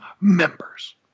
members